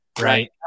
right